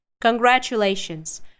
Congratulations